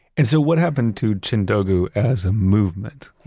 and so, what happened to chindogu as a movement,